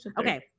okay